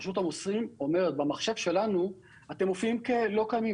רשות המיסים אומרת: במחשב שלנו אתם מופיעים כלא קיימים,